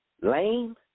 lame